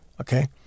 okay